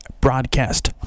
Broadcast